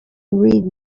read